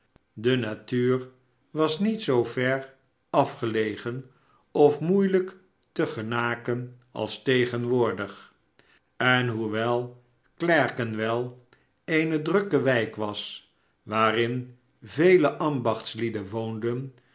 de natuur was niet zoo ver afgelegen of moeielijk te genaken als tegenwoordig en hoewel clerkenwell eene drukke wijk was waarm vele ambachtslieden woonden